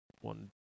one